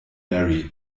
mary